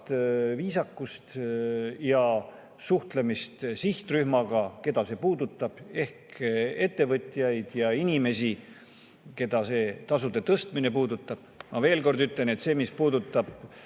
viisakust ja suhtlemist sihtrühmaga, keda see puudutab, ehk ettevõtjaid ja inimesi, neid see tasude tõstmine puudutab. Ma veel kord ütlen, et selles, mis puudutab